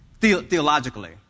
theologically